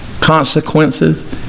consequences